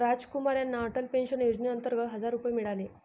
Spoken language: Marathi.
रामकुमार यांना अटल पेन्शन योजनेअंतर्गत हजार रुपये मिळाले